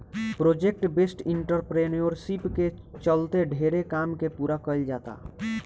project based entrepreneurship के चलते ढेरे काम के पूरा कईल जाता